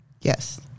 Yes